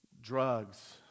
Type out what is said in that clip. drugs